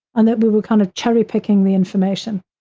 and that we were kind of cherry picking the information.